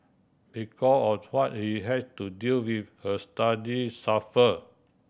because of what he had to deal with her study suffer